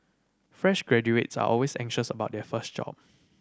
fresh graduates are always anxious about their first job